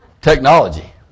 Technology